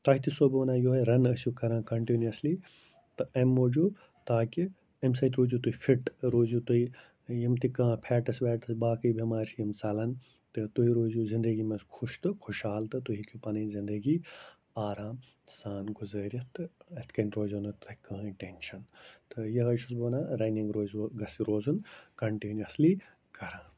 تۄہہِ تہِ سو بہٕ وَنان یِہوٚے رَنہٕ ٲسِو کَران کَنٹِنیُوَسلی تہٕ اَمہِ موٗجوٗب تاکہِ اَمہِ سۭتۍ روٗزِو تُہۍ فِٹ روٗزِو تُہۍ یِم تہِ کانٛہہ فیٹٕس ویٹٕس باقٕے بٮ۪مارِ چھےٚ یِم ژَلَن تہٕ تُہۍ روٗزِو زندگی منٛز خوش تہٕ خوشحال تہٕ تُہۍ ہیٚکِو پَنٕنۍ زندگی آرام سان گُزٲرِتھ تہٕ یِتھ کَنۍ روزیو تۄہہِ کٕہٕنۍ ٹٮ۪نشَن تہٕ یِہوٚے چھُس بہٕ وَنان رَنِنٛگ روزوٕ گژھِ روزُن کَنٹِنیُوَسلی کَران